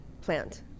plant